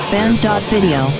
Band.video